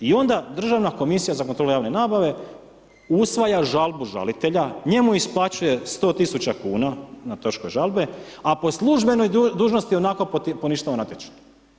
I onda državna komisija za kontrolu javne nabave usvaja žalbu žalitelja, njemu isplaćuje 100 tisuća kuna na troškove žalbe a po službenoj dužnosti onako poništava natječaj.